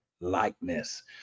likeness